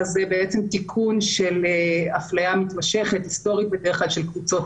זה תיקון של אפליה היסטורית של קבוצות